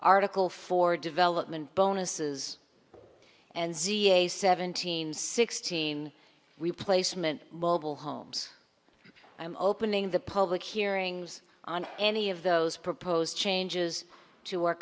article for development bonuses and z a seventeen sixteen replacement mobile homes opening the public hearings on any of those proposed changes to our